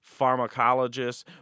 pharmacologists